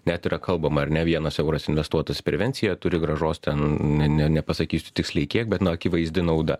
net yra kalbama ar ne vienas euras investuotas į prevenciją turi grąžos ten ne ne nepasakysiu tiksliai kiek bet na akivaizdi nauda